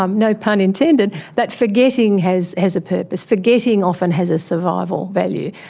um no pun intended, that forgetting has has a purpose, forgetting often has a survival value.